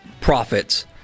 profits